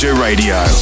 Radio